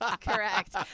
Correct